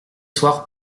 soirs